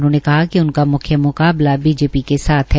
उन्होंने कहा कि उनका मुख्य मुकाबला बीजेपी के साथ है